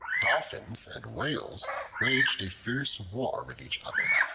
dolphins and whales waged a fierce war with each other.